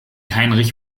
heinrich